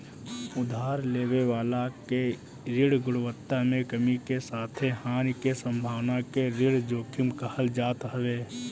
उधार लेवे वाला के ऋण गुणवत्ता में कमी के साथे हानि के संभावना के ऋण जोखिम कहल जात हवे